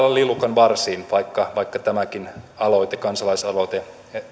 eräällä lailla lillukanvarsiin vaikka tämäkin kansalaisaloite